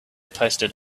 posted